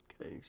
Okay